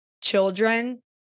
children